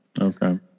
Okay